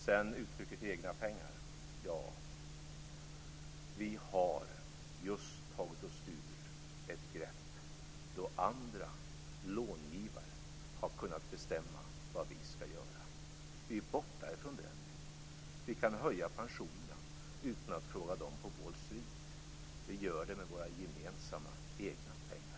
Sedan var det uttrycket egna pengar. Vi har just tagit oss ur ett grepp då andra långivare har kunnat bestämma vad vi skall göra. Vi är nu borta från det. Vi kan höja pensionerna utan att fråga dem på Wall Street. Vi gör det med våra gemensamma egna pengar.